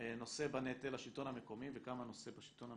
נושא בנטל השלטון המקומי וכמה נושא השלטון המרכזי.